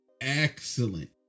excellent